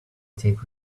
take